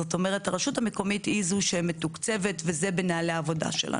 זאת אומרת הרשות המקומית היא זו שמתוקצבת וזה בנהלי העבודה שלנו.